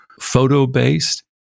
photo-based